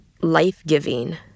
life-giving